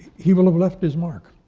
he will have left his mark.